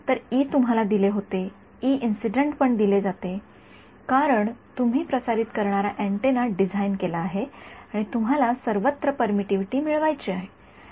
तर तुम्हाला दिले जाते पण दिले जाते कारण तुम्ही प्रसारित करणारा अँटीना डिझाइन केला आहे आणि तुम्हाला सर्वत्र परमिटिव्हिटी मिळवायची आहे